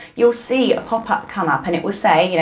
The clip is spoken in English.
you'll see a pop-up come up and it will say, you know